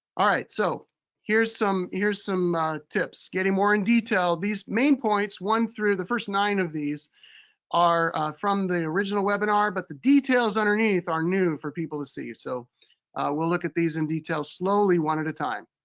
all right, so here's some here's some tips. getting more in detail, these main points, one through the first nine of these are from the original webinar, but the details underneath are new for people to see. so we'll look at these in detail, slowly, one at a time.